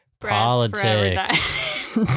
Politics